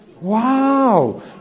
Wow